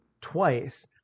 twice